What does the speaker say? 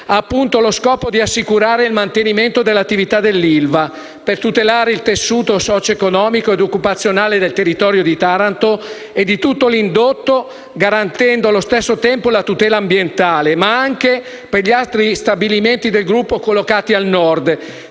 ha lo scopo di assicurare il mantenimento dell'attività dell'ILVA, per tutelare il tessuto socioeconomico e occupazionale del territorio di Taranto e di tutto l'indotto, garantendo allo stesso tempo la tutela ambientale, ma anche degli altri stabilimenti del gruppo collocati al Nord,